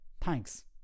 thanks